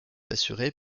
assurée